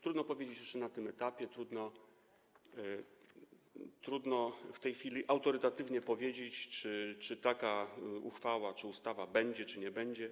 Trudno powiedzieć jeszcze na tym etapie, trudno w tej chwili autorytatywnie powiedzieć, czy taka uchwała czy ustawa będzie, czy jej nie będzie.